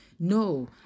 No